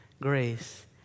grace